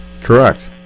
Correct